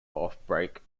offbreak